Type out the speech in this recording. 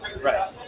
Right